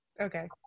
Okay